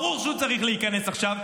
ברור שהוא צריך להיכנס עכשיו,